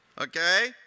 okay